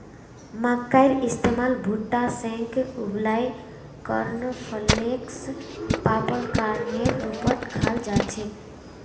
मक्कार इस्तमाल भुट्टा सेंके उबलई कॉर्नफलेक्स पॉपकार्नेर रूपत खाल जा छेक